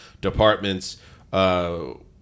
departments